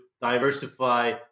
diversify